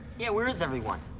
yeah, where is everyone?